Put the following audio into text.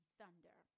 Thunder